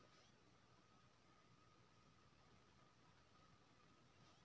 कम नमी हमर मकई के फसल पर केहन असर करिये सकै छै?